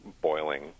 boiling